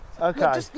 Okay